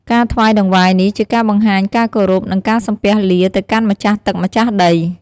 ការថ្វាយតង្វាយនេះជាការបង្ហាញការគោរព និងការសំពះលា ទៅកាន់ម្ចាស់ទឹកម្ចាស់ដី។